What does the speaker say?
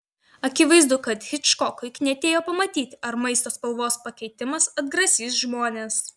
akivaizdu kad hičkokui knietėjo pamatyti ar maisto spalvos pakeitimas atgrasys žmones